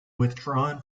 withdrawn